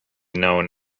known